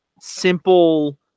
simple